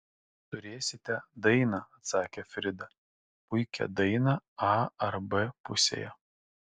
turėsite dainą atsakė frida puikią dainą a ar b pusėje